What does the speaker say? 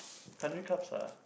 country clubs are